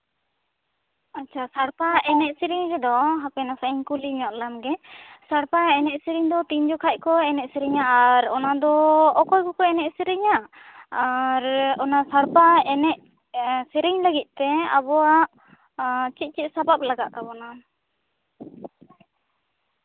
ᱟᱪᱪᱷᱟ ᱥᱟᱲᱯᱟ ᱮᱱᱮᱡ ᱥᱮᱨᱮᱧ ᱨᱮᱫᱚ ᱦᱟᱯᱮ ᱦᱟᱯᱮ ᱠᱩᱞᱤ ᱧᱚᱜ ᱞᱟᱢᱜᱮ ᱥᱟᱲᱯᱟ ᱮᱱᱮᱡ ᱥᱮᱨᱮᱧ ᱫᱚ ᱛᱤᱱ ᱡᱚᱠᱷᱚᱱ ᱠᱚ ᱮᱱᱮᱡ ᱥᱮᱨᱮᱧᱟ ᱟᱨ ᱚᱱᱟ ᱫᱚ ᱚᱠᱚᱭ ᱠᱚᱠᱚ ᱮᱱᱮᱡ ᱥᱮᱨᱮᱧᱟ ᱟᱨ ᱚᱱᱟ ᱥᱟᱲᱯᱟ ᱮᱱᱮᱡ ᱥᱮᱨᱮᱧ ᱞᱟᱹᱜᱤᱫᱛᱮ ᱟᱵᱚᱣᱟᱜ ᱪᱮᱫ ᱪᱮᱫ ᱥᱟᱯᱟᱯ ᱞᱟᱜᱟᱜ ᱛᱟᱵᱳᱱᱟ